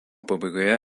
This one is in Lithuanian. pabaigoje